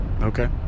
Okay